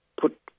put